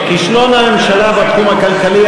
כישלון הממשלה בתחום הכלכלי,